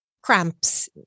cramps